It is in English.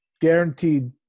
Guaranteed